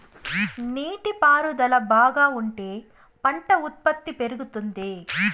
నీటి పారుదల బాగా ఉంటే పంట ఉత్పత్తి పెరుగుతుంది